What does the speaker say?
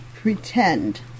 Pretend